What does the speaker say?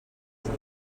casa